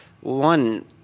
One